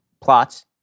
plots